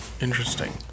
interesting